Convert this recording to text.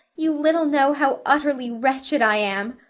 you little know how utterly wretched i am.